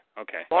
okay